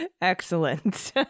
excellent